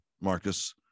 Marcus